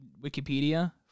Wikipedia